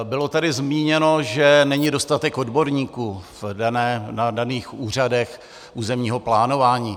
Bylo tady zmíněno, že není dostatek odborníků na daných úřadech územního plánování.